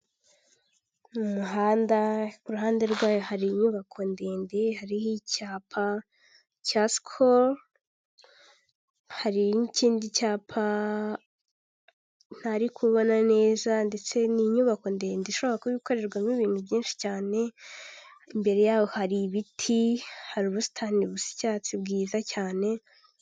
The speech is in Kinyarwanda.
Ni umuhanda kuruhande rwayo hari inyubako ndende, hariho icyapa cya Sikolo, hari n'ikindi cyapa ntari kubona neza ndetse ni inyubako ndende ishobora kuba ikorerwamo ibintu byinshi cyane, imbere y'aho hari ibiti, hari ubusitani busa icyatsi bwiza cyane.